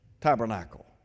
tabernacle